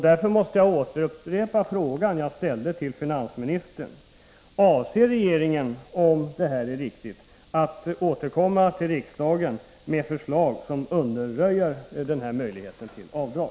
Därför måste jag upprepa den fråga som jag ställde till finansministern: Avser regeringen, om detta är riktigt, att återkomma till riksdagen med förslag som undanröjer den här möjligheten till avdrag?